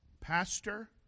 pastor